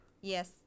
Yes